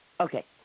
Okay